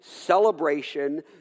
celebration